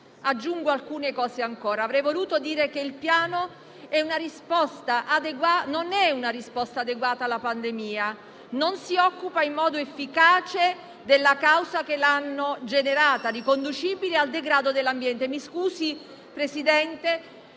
Aggiungo alcune osservazioni ancora. Avrei voluto dire che il Piano non è una risposta adeguata alla pandemia, che non si occupa in modo efficace delle cause che l'hanno generata, riconducibili al degrado dell'ambiente. Faccio solo